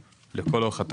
כלל לכך שיש נפילות באזורם?